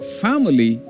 family